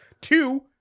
Two